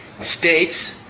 States